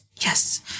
Yes